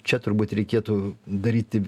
čia turbūt reikėtų daryti